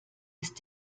ist